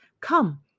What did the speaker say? Come